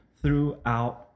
throughout